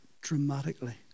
dramatically